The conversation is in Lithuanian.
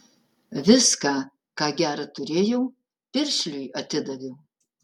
viską ką gera turėjau piršliui atidaviau